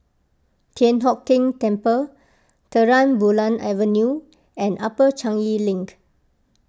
Thian Hock Keng Temple Terang Bulan Avenue and Upper Changi Link